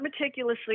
meticulously